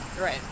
Right